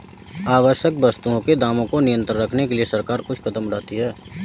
आवश्यक वस्तुओं के दामों को नियंत्रित रखने के लिए सरकार कुछ कदम उठाती है